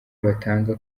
batanga